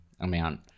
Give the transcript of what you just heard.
amount